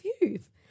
youth